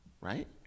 right